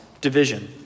division